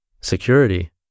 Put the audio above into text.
Security